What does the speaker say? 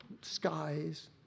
skies